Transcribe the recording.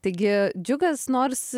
taigi džiugas nors